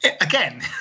again